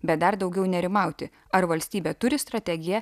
bet dar daugiau nerimauti ar valstybė turi strategiją